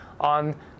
on